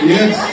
Yes